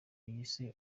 yise